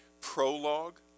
prologue